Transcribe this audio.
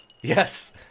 yes